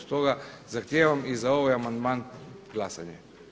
Stoga zahtijevam i za ovaj amandman glasanje.